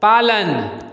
पालन